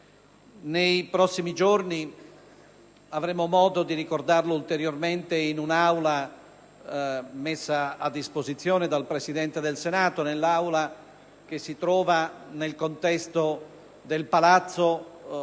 Nei prossimi giorni avremo modo di ricordarlo ulteriormente in un'aula messa a disposizione dal Presidente del Senato nel contesto del palazzo